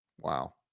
Wow